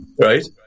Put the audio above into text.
Right